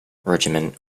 regimen